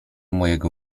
mojego